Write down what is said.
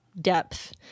depth